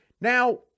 Now